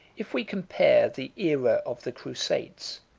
if we compare the aera of the crusades,